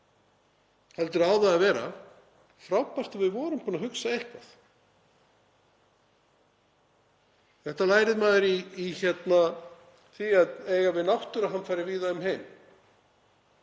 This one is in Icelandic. heldur á það að vera: Frábært að við vorum búin að hugsa eitthvað. Þetta lærði maður af því að eiga við náttúruhamfarir víða um heim.